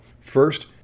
First